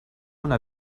una